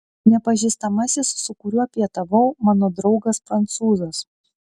nepažįstamasis su kuriuo pietavau mano draugas prancūzas